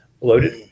loaded